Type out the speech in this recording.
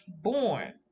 born